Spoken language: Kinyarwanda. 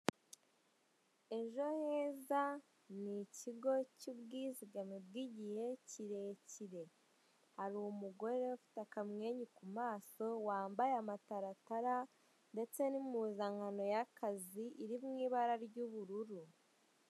Ejo heza ni ikigo cy'ubwizigame bw'igihe kirekire. Hari umugore ufite akamwenyu ku maso wambaye amataratara ndetse n'impuzankano y'akazi iri mu ibara ry'ubururu.